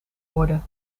worden